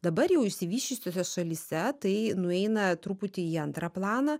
dabar jau išsivysčiusiose šalyse tai nueina truputį į antrą planą